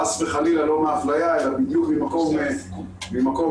חס וחלילה לא מאפליה אלא בדיוק ממקום הפוך,